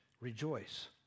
rejoice